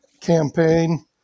campaign